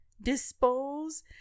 dispose